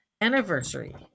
Anniversary